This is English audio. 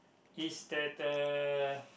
is that uh